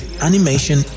animation